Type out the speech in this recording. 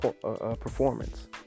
performance